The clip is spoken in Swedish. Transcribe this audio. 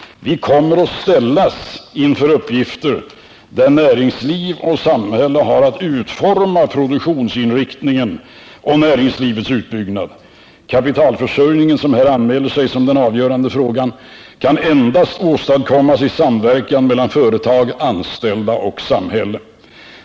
Vi kommer att ställas inför uppgiften att utforma produktionsinriktningen och näringslivets utbyggnad. Kapitalförsörjningen, som här anmäler sig som den avgörande frågan, kan endast åstadkommas i samverkan mellan företag, anställda och samhälle.